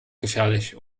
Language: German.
gefährlich